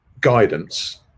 guidance